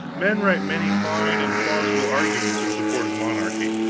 men write many fine and plausible arguments in support of monarchy,